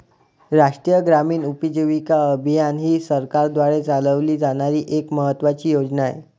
राष्ट्रीय ग्रामीण उपजीविका अभियान ही सरकारद्वारे चालवली जाणारी एक महत्त्वाची योजना आहे